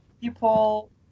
people